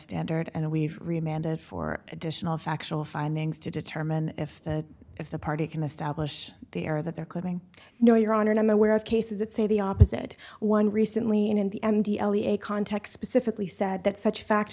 standard and we've remained it for additional factual findings to determine if that if the party can establish the air that they're claiming no your honor and i'm aware of cases that say the opposite one recently in the m d l e a context pacifically said that such fact